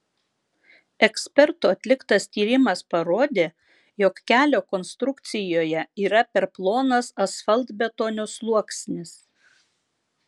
ekspertų atliktas tyrimas parodė jog kelio konstrukcijoje yra per plonas asfaltbetonio sluoksnis